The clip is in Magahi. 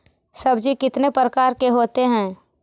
सब्जी कितने प्रकार के होते है?